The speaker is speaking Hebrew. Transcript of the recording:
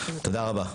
תודה רבה.